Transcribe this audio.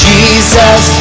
Jesus